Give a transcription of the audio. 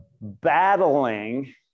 battling